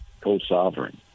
co-sovereign